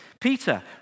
Peter